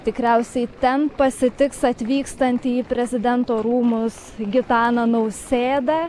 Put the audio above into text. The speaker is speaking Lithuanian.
tikriausiai ten pasitiks atvykstantį į prezidento rūmus gitaną nausėdą